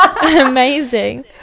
amazing